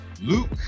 Luke